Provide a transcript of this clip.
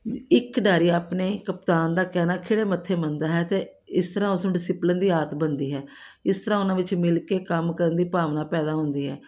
ਇੱਕ ਖਿਡਾਰੀ ਆਪਣੇ ਕਪਤਾਨ ਦਾ ਕਹਿਣਾ ਖਿੜੇ ਮੱਥੇ ਮੰਨਦਾ ਹੈ ਅਤੇ ਇਸ ਤਰ੍ਹਾਂ ਉਸਨੂੰ ਡਸਿਪਲਨ ਦੀ ਆਦਤ ਬਣਦੀ ਹੈ ਇਸ ਤਰ੍ਹਾਂ ਉਹਨਾਂ ਵਿੱਚ ਮਿਲ ਕੇ ਕੰਮ ਕਰਨ ਦੀ ਭਾਵਨਾ ਪੈਦਾ ਹੁੰਦੀ ਹੈ